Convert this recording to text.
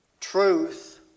Truth